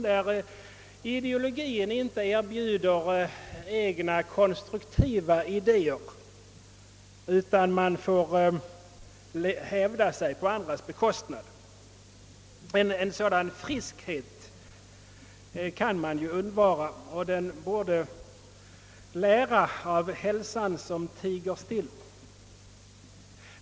När dess ideologi inte erbjuder egna konstruktiva idéer hävdar man sig på andras bekostnad. En sådan »friskhet» kan man undvara. Den borde lära av hälsan »som tiger still».